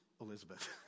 Elizabeth